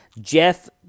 Jeff